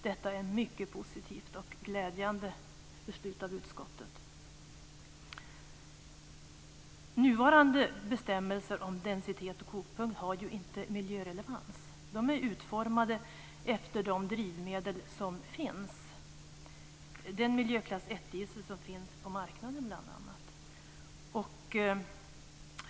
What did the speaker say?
Detta är ett mycket positivt och glädjande förslag av utskottet. Nuvarande bestämmelser om densitet och kokpunkt har inte miljörelevans. De är utformade efter de drivmedel som finns, bl.a. den miljöklass 1-diesel som finns på marknaden.